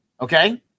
Okay